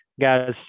Guys